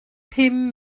pum